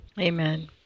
Amen